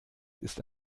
ist